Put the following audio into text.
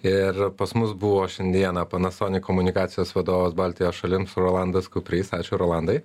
ir pas mus buvo šiandieną panasonic komunikacijos vadovas baltijos šalims rolandas kuprys ačiū rolandai